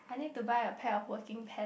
I need to buy a pair of working pant